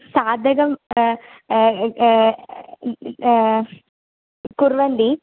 साधकं कुर्वन्ति